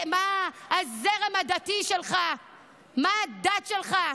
מה הזרם הדתי שלך ומה הדת שלך,